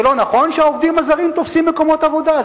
זה לא נכון שהעובדים הזרים תופסים מקומות עבודה?